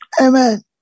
Amen